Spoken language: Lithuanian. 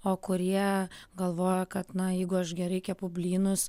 o kurie galvoja kad na jeigu aš gerai kepu blynus